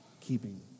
keeping